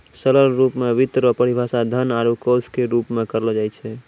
सरल रूप मे वित्त रो परिभाषा धन आरू कोश के रूप मे करलो जाय छै